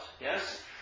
yes